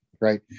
right